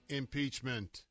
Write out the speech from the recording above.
impeachment